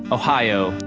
ohio,